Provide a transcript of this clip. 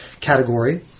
category